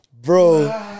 Bro